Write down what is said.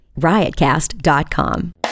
riotcast.com